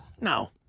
No